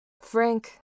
Frank